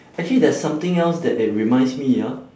actually there is something else that it reminds me ah